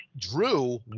drew